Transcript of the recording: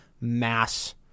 mass